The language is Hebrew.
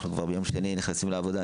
כבר נכנסים לעבודה.